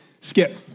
Skip